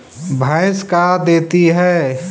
भैंस का देती है?